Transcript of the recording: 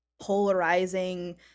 polarizing